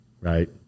right